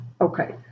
Okay